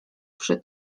przy